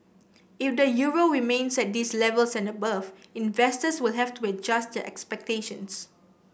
if the euro remains at these levels and above investors will have to adjust their expectations